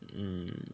mm